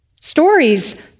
Stories